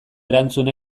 erantzun